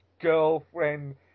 Girlfriend